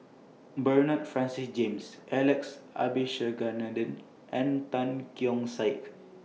Bernard Francis James Alex Abisheganaden and Tan Keong Saik